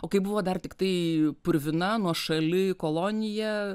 o kai buvo dar tiktai purvina nuošali kolonija